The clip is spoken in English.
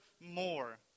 more